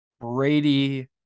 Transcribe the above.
Brady